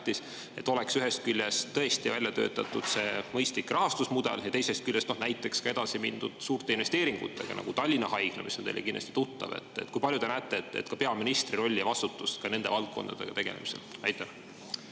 tähtis. Ühest küljest oleks tõesti vaja välja töötada mõistlik rahastusmudel ja teisest küljest näiteks ka edasi minna suurte investeeringutega, nagu Tallinna Haigla, mis on teile kindlasti tuttav. Kui suurena te näete peaministri rolli ja vastutust nende valdkondadega tegelemisel? Aitäh!